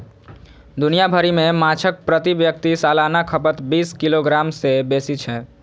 दुनिया भरि मे माछक प्रति व्यक्ति सालाना खपत बीस किलोग्राम सं बेसी छै